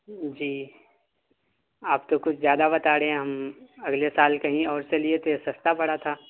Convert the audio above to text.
جی آپ تو کچھ زیادہ بتا رہے ہیں ہم اگلے سال کہیں اور سے لیے تھے سستا پڑا تھا